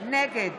נגד